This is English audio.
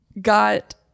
got